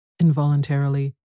Involuntarily